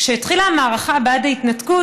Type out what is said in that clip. כשהתחילה המערכה בעד ההתנתקות,